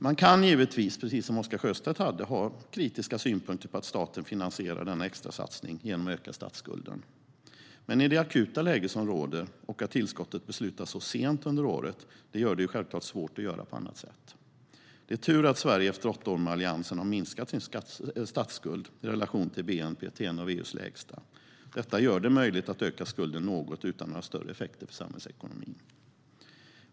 Man kan givetvis, liksom Oscar Sjöstedt, ha kritiska synpunkter på att staten finansierar denna extrasatsning genom att öka statsskulden. Men det akuta läget och att tillskottet beslutas så sent under året gör det svårt att göra på annat sätt. Det är tur att Sverige efter åtta år med Alliansen har minskat sin statsskuld i relation till bnp till en av EU:s lägsta. Det gör det möjligt att öka skulden något utan några större effekter för samhällsekonomin.